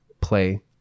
play